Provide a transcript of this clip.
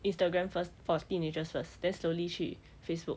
instagram first for teenagers first then slowly 去 facebook